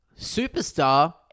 superstar